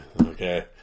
Okay